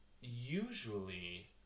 usually